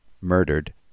murdered